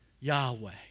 Yahweh